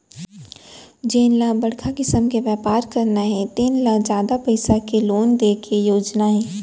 जेन ल बड़का किसम के बेपार करना हे तेन ल जादा पइसा के लोन दे के योजना हे